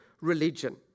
religion